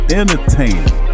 entertaining